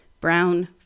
Brown